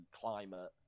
climate